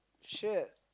shit